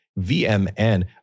VMN